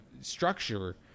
structure